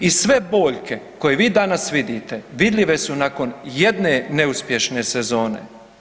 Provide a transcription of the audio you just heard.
I sve boljke koje vi danas vidite vidljive su nakon jedne neuspješne sezone.